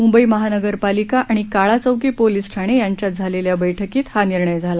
मुंबई महानगरपालिका आणि काळाचौकी पोलीस ठाणे यांच्यात झालेल्या बैठकीत हा निर्णय झाला